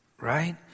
right